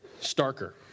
Starker